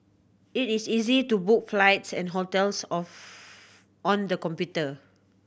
it is easy to book flights and hotels of on the computer